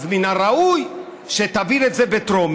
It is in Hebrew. אז מן הראוי שתעביר את זה בטרומית,